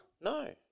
No